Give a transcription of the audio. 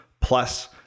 plus